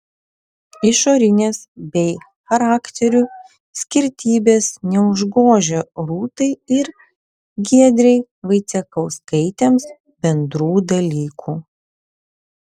išorinės bei charakterių skirtybės neužgožia rūtai ir giedrei vaicekauskaitėms bendrų dalykų